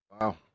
Wow